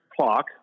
clock